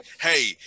hey